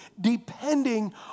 depending